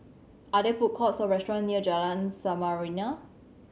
are there food courts or restaurant near Jalan Samarinda